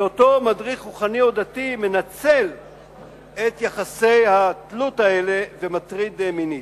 ואותו מדריך רוחני או דתי מנצל את יחסי התלות האלה ומטריד מינית.